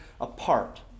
apart